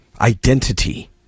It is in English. identity